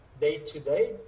day-to-day